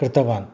कृतवान्